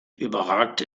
überragt